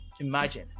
imagine